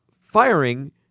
firing